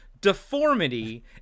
deformity